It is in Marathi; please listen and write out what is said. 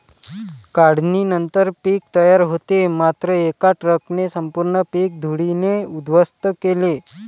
काढणीनंतर पीक तयार होते मात्र एका ट्रकने संपूर्ण पीक धुळीने उद्ध्वस्त केले